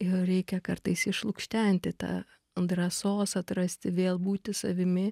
ir reikia kartais išlukštenti tą drąsos atrasti vėl būti savimi